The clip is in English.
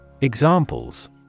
Examples